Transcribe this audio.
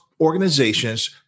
organizations